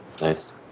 Nice